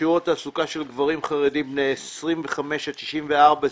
שיעור התעסוקה של גברים חרדים בני 25 עד 64,